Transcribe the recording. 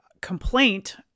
complaint